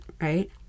right